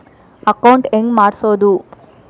Account ಹೆಂಗ್ ಮಾಡ್ಸೋದು?